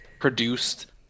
produced